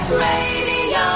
Radio